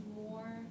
more